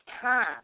time